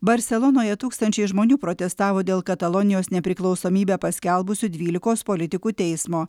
barselonoje tūkstančiai žmonių protestavo dėl katalonijos nepriklausomybę paskelbusių dvylikos politikų teismo